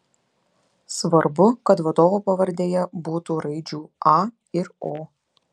svarbu kad vadovo pavardėje būtų raidžių a ir o